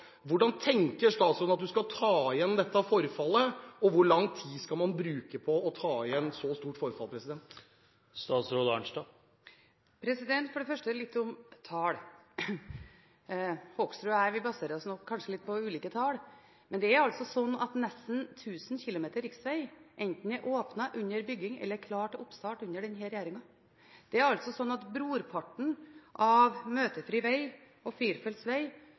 Hvordan tenker statsråden at man skal ta igjen dette forfallet, og hvor lang tid skal man bruke på å ta igjen et så stort forfall? For det første litt om tall. Hoksrud og jeg baserer oss kanskje på litt ulike tall, men det er altså slik at nesten 1 000 km riksveg enten er åpnet, under bygging eller klar til oppstart under denne regjeringen. Brorparten av det man har i Norge av møtefri veg og